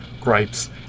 gripes